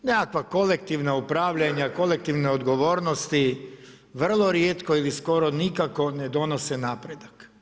Nekakva kolektivna upravljanja, kolektivne odgovornosti vrlo rijetko ili skoro nikako ne donose napredak.